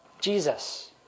Jesus